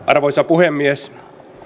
arvoisa puhemies